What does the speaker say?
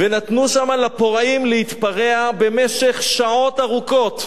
ונתנו שם לפורעים להתפרע במשך שעות ארוכות,